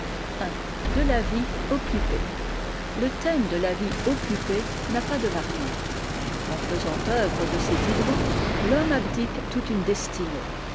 de la vie occupée le thème de la vie occupée n'a pas de variantes en faisant œuvre de ses dix doigts l'homme abdique toute une destinée